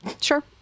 Sure